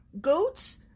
goats